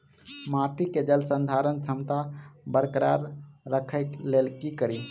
माटि केँ जलसंधारण क्षमता बरकरार राखै लेल की कड़ी?